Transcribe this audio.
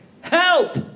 Help